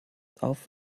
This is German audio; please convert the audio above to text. auf